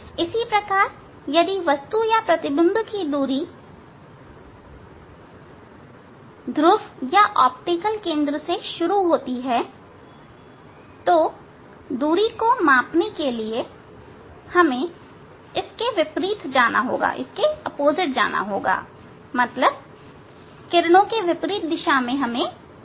इसी प्रकार यदि वस्तु या प्रतिबिंब की दूरी ध्रुव या ऑप्टिकल केंद्र से शुरू होती है तब दूरी को मापने के लिए हमें इसके विपरीत जाना होगा मतलब किरणों के विपरीत दिशा में मापना होगा